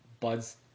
buds